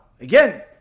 again